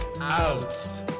out